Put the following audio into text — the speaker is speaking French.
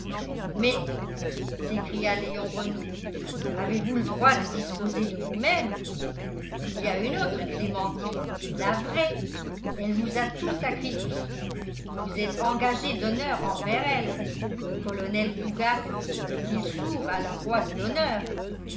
mais s'écria léon renault avez-vous le droit de disposer de vous-même il y a une autre clémentine la vraie elle vous a tout sacrifié vous êtes engagé d'honneur envers elle le colonel fougas est-il sourd à la voix de l'honneur